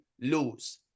lose